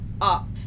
up